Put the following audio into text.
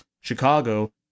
Chicago